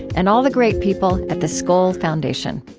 and all the great people at the skoll foundation